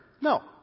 No